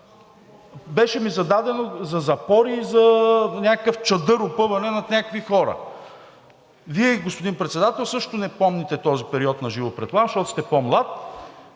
беше ми зададено за запори и за опъване на някакъв чадър над някакви хора. Вие, господин Председател, също не помните този период на живо предполагам, защото сте по-млад,